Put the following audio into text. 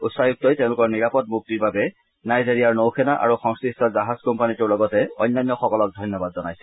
উচ্চায়ুক্তই তেওঁলোকৰ নিৰাপদ মুক্তিৰ বাবে নাইজেৰিয়াৰ নৌসেনা আৰু সংশ্লিষ্ট জাহাজ কোম্পানীটোৰ লগতে অন্যান্যসকলক ধন্যবাদ জনাইছে